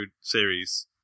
series